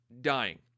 dying